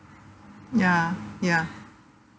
ya ya